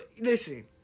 listen